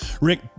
Rick